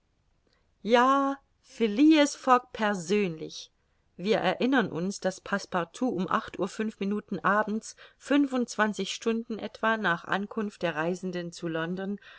ja phileas fogg persönlich wir erinnern uns daß passepartout um acht uhr fünf minuten abends fünfundzwanzig stunden etwa nach ankunft der reisenden zu london